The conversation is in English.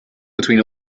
between